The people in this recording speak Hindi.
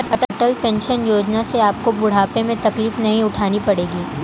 अटल पेंशन योजना से आपको बुढ़ापे में तकलीफ नहीं उठानी पड़ेगी